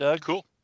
Cool